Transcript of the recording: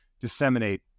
disseminate